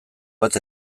bat